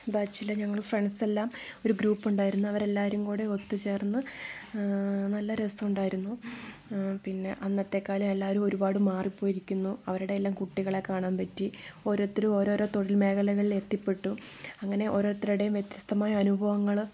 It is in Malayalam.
ബാച്ചിൽ ഞങ്ങൾ ഫ്രണ്ട്സ് എല്ലാം ഒരു ഗ്രൂപ്പ് ഉണ്ടായിരുന്നു അവർ എല്ലാരും കൂടെ ഒത്തുചേർന്ന് നല്ല രസം ഉണ്ടായിരുന്നു പിന്നെ അന്നത്തേക്കാളും എല്ലാരും ഒരുപാട് മാറിപ്പോയിരിക്കുന്നു അവരുടെ എല്ലാം കുട്ടികളെയെല്ലാം കാണാൻ പറ്റി ഓരോരുത്തരും ഓരോ തൊഴിൽ മേഖലകളിൽ എത്തിപ്പെട്ടു അങ്ങനെ ഓരോരുത്തരുടെയും വ്യത്യസ്തമായ അനുഭവങ്ങള്